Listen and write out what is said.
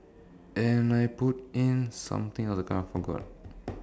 and then I put in something ah that time I forgot